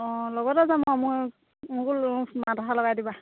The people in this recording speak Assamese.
অঁ লগতে যাম আৰু মই মোকো মাত এষাৰ লগাই দিবা